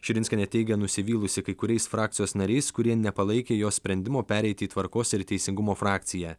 širinskienė teigia nusivylusi kai kuriais frakcijos nariais kurie nepalaikė jos sprendimo pereiti į tvarkos ir teisingumo frakciją